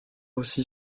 aussi